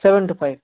seven two five